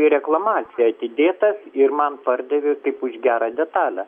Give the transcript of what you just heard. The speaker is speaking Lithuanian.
į reklamaciją atidėtas ir man pardavė kaip už gerą detalę